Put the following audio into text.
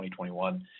2021